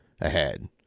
ahead